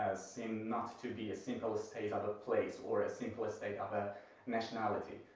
seem not to be a simple state of of place, or a simple state of a nationality.